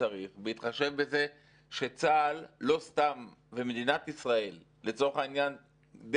בהתחשב בזה שצה"ל לא סתם ומדינת ישראל דרך צה"ל